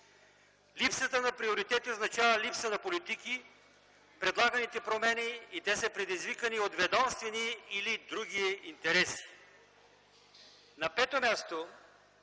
Липсата на приоритети означава липса на политики в предлаганите промени и те са предизвикани от ведомствени или други интереси. На пето място,